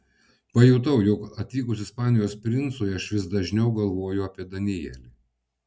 pajutau jog atvykus ispanijos princui aš vis dažniau galvoju apie danielį